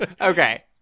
okay